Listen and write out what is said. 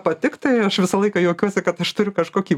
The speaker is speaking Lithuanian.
patikti aš visą laiką juokiuosi kad aš turiu kažkokį